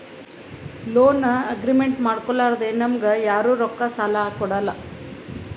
loan agreement ಮಾಡ್ಕೊಲಾರ್ದೆ ನಮ್ಗ್ ಯಾರು ರೊಕ್ಕಾ ಸಾಲ ಕೊಡಲ್ಲ